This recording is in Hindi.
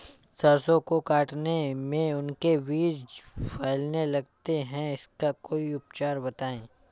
सरसो को काटने में उनके बीज फैलने लगते हैं इसका कोई उपचार बताएं?